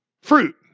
fruit